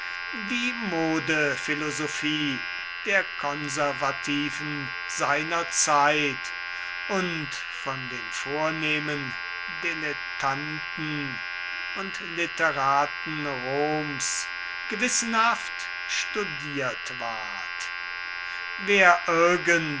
die modephilosophie der konservativen seiner zeit und von den vornehmen dilettanten und literaten roms gewissenhaft studiert ward wer irgend